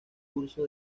curso